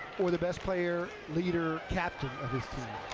or the best player, leader, captain of his team.